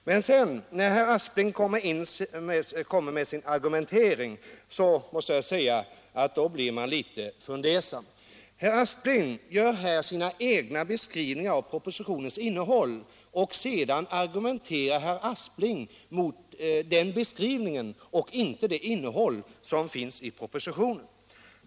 Sedan när det gäller herr Asplings argumentering blir man litet fundersam. Herr Aspling gör först sin egen beskrivning av propositionens innehåll och argumenterar sedan mot den beskrivningen och inte mot innehållet i propositionen.